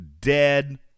Dead